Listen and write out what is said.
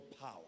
power